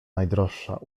najdroższa